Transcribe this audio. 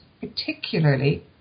particularly